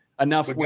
enough